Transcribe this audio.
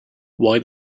why